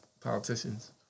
politicians